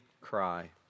cry